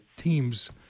teams